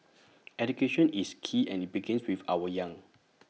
education is key and IT begins with our young